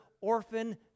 orphan